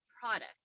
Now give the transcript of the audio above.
product